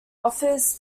offers